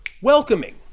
Welcoming